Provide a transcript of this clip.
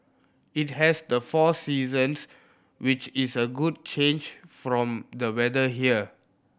it has the four seasons which is a good change from the weather here